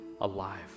alive